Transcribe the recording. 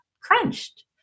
crunched